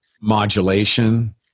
modulation